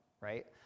right